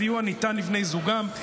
הסיוע ניתן לבני זוגם,